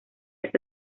esa